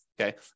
okay